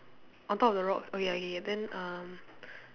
on top of the rock oh ya ya ya then uh